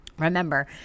Remember